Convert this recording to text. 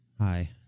Hi